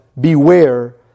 Beware